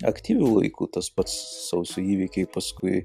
aktyviu laiku tas pats sausio įvykiai paskui